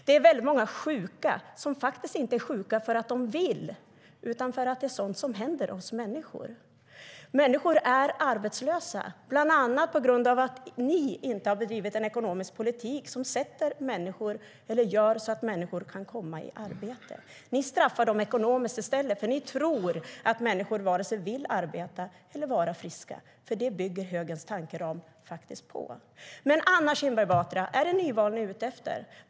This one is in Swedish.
Det är många sjuka som faktiskt inte är sjuka för att de vill utan för att det är sådant som händer oss människor. Är det nyval ni är ute efter, Anna Kinberg Batra?